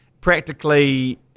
practically